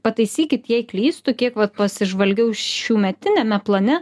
pataisykit jei klystu kiek vat pasižvalgiau šiųmetiniame plane